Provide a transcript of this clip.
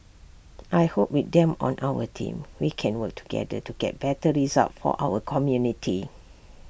I hope with them on our team we can work together to get better results for our community